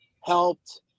helped